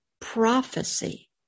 Prophecy